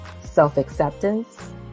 self-acceptance